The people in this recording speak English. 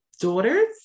daughters